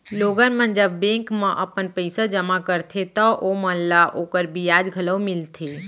लोगन मन जब बेंक म अपन पइसा जमा करथे तव ओमन ल ओकर बियाज घलौ मिलथे